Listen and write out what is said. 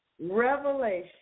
Revelation